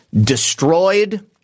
destroyed